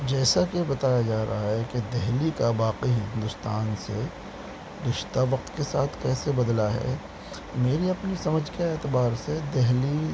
جیسا کہ بتایا جا رہا ہے کہ دہلی کا باقی ہندوستان سے رشتہ وقت کے ساتھ کیسے بدلا ہے میری اپنی سمجھ کے اعتبار سے دہلی